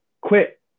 Quit